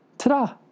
Ta-da